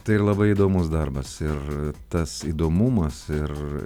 tai labai įdomus darbas ir tas įdomumas ir